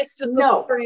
No